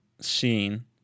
scene